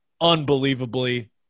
unbelievably –